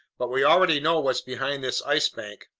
but we already know what's behind this ice bank.